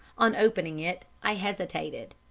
on opening it, i hesitated.